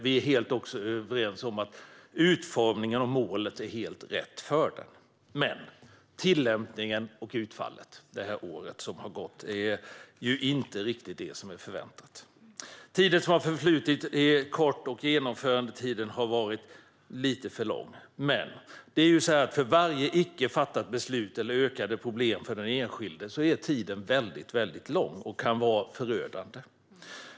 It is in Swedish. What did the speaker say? Vi är också helt överens om att utformningen av målet är helt rätt, men tillämpningen och utfallet under det år som har gått är inte riktigt det som var förväntat. Tiden som har förflutit är kort och genomförandetiden har varit lite för lång. Men för varje icke fattat beslut ökar problemen och tiden blir lång, och det kan vara förödande.